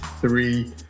three